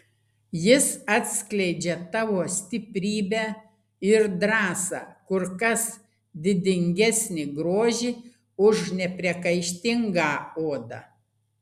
jis atskleidžia tavo stiprybę ir drąsą kur kas didingesnį grožį už nepriekaištingą odą